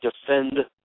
defend